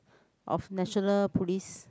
of national police